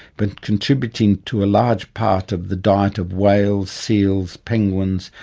but contributing to a large part of the diet of whales, seals, penguins,